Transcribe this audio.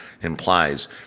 implies